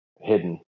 hidden